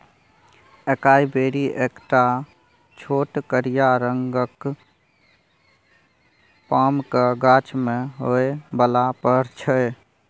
एकाइ बेरी एकटा छोट करिया रंगक पामक गाछ मे होइ बला फर छै